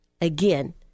again